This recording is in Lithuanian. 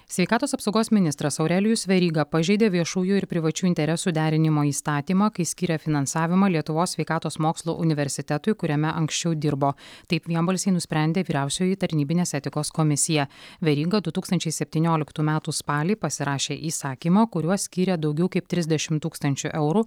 sveikatos apsaugos ministras aurelijus veryga pažeidė viešųjų ir privačių interesų derinimo įstatymą kai skyrė finansavimą lietuvos sveikatos mokslų universitetui kuriame anksčiau dirbo taip vienbalsiai nusprendė vyriausioji tarnybinės etikos komisija veryga du tūkstančiai septynioliktų metų spalį pasirašė įsakymą kuriuo skyrė daugiau kaip trisdešim tūkstančių eurų